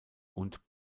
und